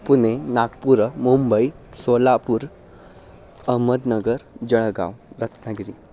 पुणे नागपुरं मुम्बै सोलापुरं अहमदनगरं जलगाव् रत्नागिरिः